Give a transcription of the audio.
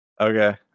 Okay